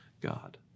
God